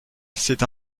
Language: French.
c’est